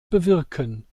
bewirken